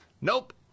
Nope